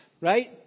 right